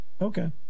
Okay